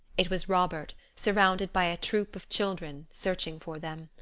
it was robert, surrounded by a troop of children, searching for them.